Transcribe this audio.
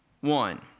one